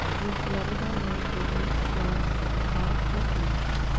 we threaded our way through dense forests of tall sea-plants.